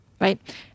right